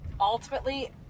ultimately